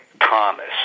Thomas